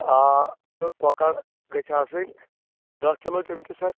آ تہٕ کۄکَر گٔژھۍ آسٕنۍ دہ کلوٗ تِم تہِ سَر